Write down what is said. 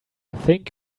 think